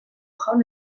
jaun